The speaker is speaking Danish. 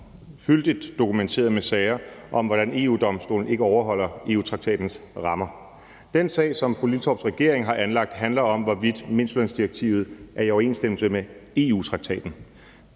fyldigt dokumenteret med sager om, hvordan EU-Domstolen ikke overholder EU-traktatens rammer. Den sag, som fru Karin Liltorps regering har anlagt, handler om, hvorvidt mindstelønsdirektivet er i overensstemmelse med EU-traktaten.